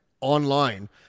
online